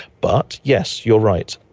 but yes, you're right,